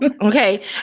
Okay